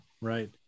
right